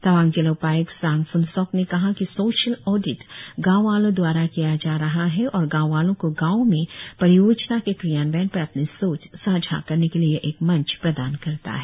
तवांग जिला उपाय्क्त सांग फूनासोक ने कहा कि सोशल ओडिट गांव वालों दवारा किया जा रहा है और गांव वालों को गावों में परियोजना के क्रियान्वयन पर अपनी सोच सांझा करने के लिए यह एक मंच प्रदान करता है